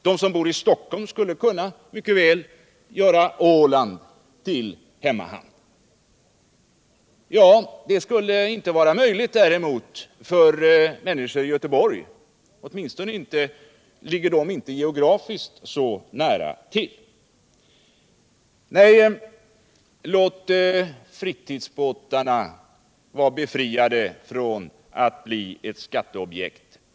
De som bor i Stockholm skulle mycket väl kunna göra Åland till hemmahamn. Däremot skulle det inte vara möjligt för människor i Göteborg att göra på liknande sätt, åtminstone har de inte geografiskt samma möjligheter vill det. Nej, låt fritidsbåtarna slippa bli ett skatteobjekt!